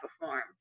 performed